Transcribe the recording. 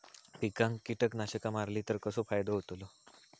पिकांक कीटकनाशका मारली तर कसो फायदो होतलो?